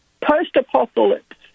post-apocalypse